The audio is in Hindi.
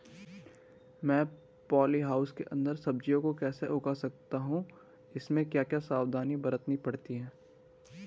मैं पॉली हाउस के अन्दर सब्जियों को कैसे उगा सकता हूँ इसमें क्या क्या सावधानियाँ बरतनी पड़ती है?